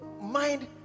mind